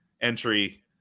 entry